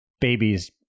babies